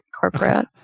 corporate